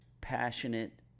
passionate